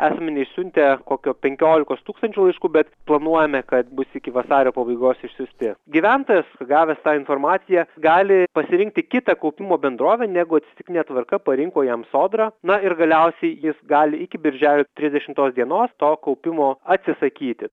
asmenys siuntė kokio penkiolikos tūkstančių laiškų bet planuojame kad bus iki vasario pabaigos išsiųsti gyventojas gavęs tą informaciją gali pasirinkti kitą kaupimo bendrovę negu atsitiktine tvarka parinko jam sodra na ir galiausiai jis gali iki birželio trisdešimtos dienos to kaupimo atsisakyti